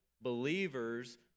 believers